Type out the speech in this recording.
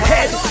Head